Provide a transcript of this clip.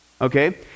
okay